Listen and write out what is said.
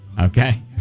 Okay